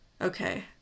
Okay